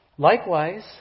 Likewise